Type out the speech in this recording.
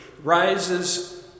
rises